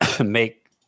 make